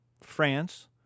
France